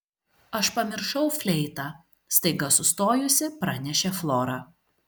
aš pamiršau fleitą staiga sustojusi pranešė flora